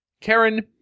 Karen